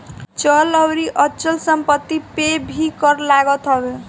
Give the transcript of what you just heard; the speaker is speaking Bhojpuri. चल अउरी अचल संपत्ति पे भी कर लागत हवे